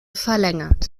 verlängert